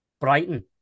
Brighton